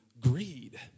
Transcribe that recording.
greed